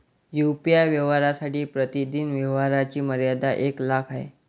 UPI व्यवहारांसाठी प्रतिदिन व्यवहारांची मर्यादा एक लाख आहे